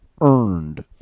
earned